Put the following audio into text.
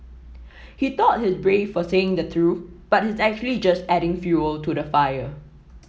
he thought he's brave for saying the truth but he's actually just adding fuel to the fire